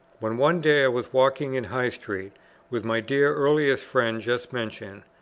when one day i was walking in high street with my dear earliest friend just mentioned,